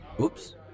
Oops